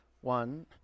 One